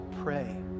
Pray